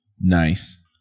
Nice